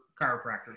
chiropractors